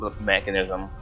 mechanism